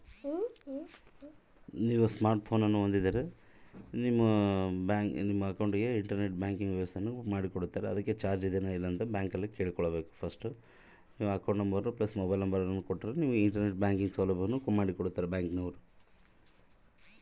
ನನಗೆ internet banking ವ್ಯವಸ್ಥೆ ಮಾಡಿ ಕೊಡ್ತೇರಾ?